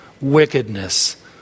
wickedness